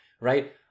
Right